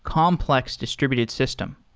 complex distributed system.